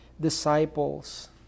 Disciples